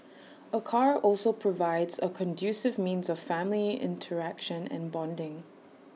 A car also provides A conducive means of family interaction and bonding